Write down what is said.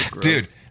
Dude